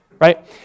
right